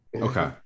Okay